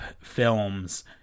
films